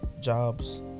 jobs